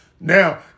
Now